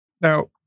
now